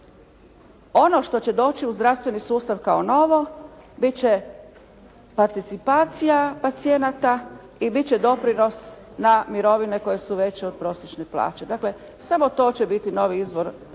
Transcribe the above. Ono što će doći u zdravstveni sustav kao novo biti će participacija pacijenata i biti će doprinos na mirovine koje su veće od prosječne plaće. Dakle, samo to će biti novi izvor prihoda